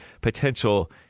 potential